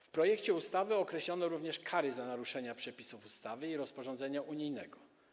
W projekcie ustawy określono również kary za naruszenia przepisów ustawy i rozporządzenia unijnego.